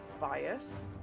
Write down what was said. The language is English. bias